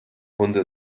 hunde